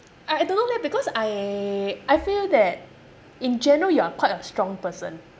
I I don't know leh because I I feel that in general you are quite a strong person